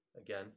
Again